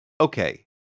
Okay